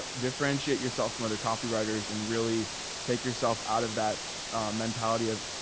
differentiate yourself from other copywriters and really take yourself out of that mentality of,